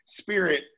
spirit